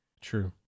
True